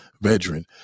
veteran